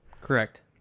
Correct